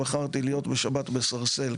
בחרתי להיות בשבת בסרסל,